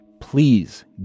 please